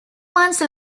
months